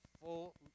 full